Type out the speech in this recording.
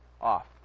off